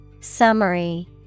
Summary